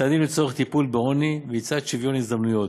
צעדים לצורך טיפול בעוני ויצירת שוויון הזדמנויות,